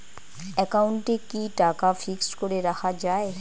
একাউন্টে কি টাকা ফিক্সড করে রাখা যায়?